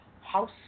House